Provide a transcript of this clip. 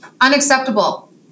Unacceptable